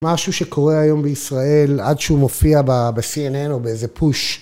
משהו שקורה היום בישראל עד שהוא מופיע ב-CNN או באיזה פוש.